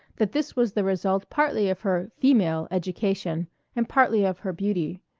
that this was the result partly of her female education and partly of her beauty,